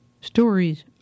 stories